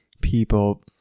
people